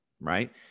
Right